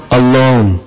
alone